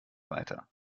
weiter